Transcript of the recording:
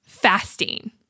fasting